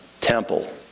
temple